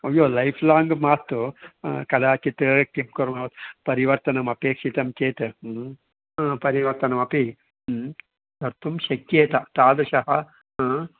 अय्यो लैफ़्लाङ्ग् मास्तु कदाचित् किं कुर्मः परिवर्तनमपेक्षितं चेत् ह्म् परिवर्तनमपि ह्म् कर्तुं शक्येत तादृशः हा